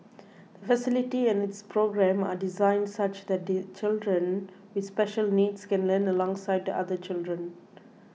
the facility and its programme are designed such that children with special needs can learn alongside other children